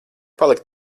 palikt